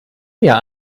mir